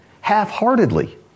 half-heartedly